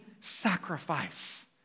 sacrifice